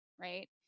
right